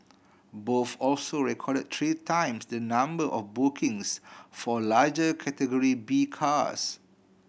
both also recorded three times the number of bookings for larger Category B cars